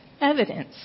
evidence